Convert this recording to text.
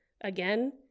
again